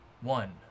one